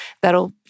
that'll